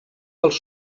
pels